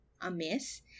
amiss